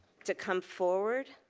to come forward.